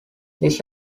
this